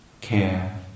care